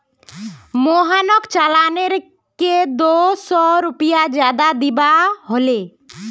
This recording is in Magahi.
मोहनक चालानेर के दो सौ रुपए ज्यादा दिबा हले